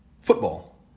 football